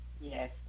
Yes